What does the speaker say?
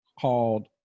called